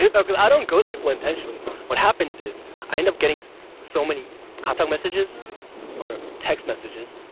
yeah okay, i don't ghost people intentionally. what happens is i end up getting so many kakaotalk messages or text messages,